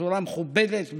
בצורה מכובדת,